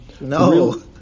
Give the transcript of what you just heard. No